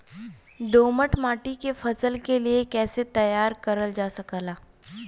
दोमट माटी के फसल के लिए कैसे तैयार करल जा सकेला?